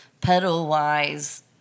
pedal-wise